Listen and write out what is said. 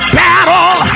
battle